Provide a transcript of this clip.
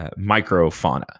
microfauna